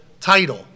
title